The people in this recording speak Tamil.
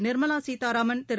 நிர்மலா சீத்தாராமன் திரு